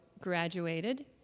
graduated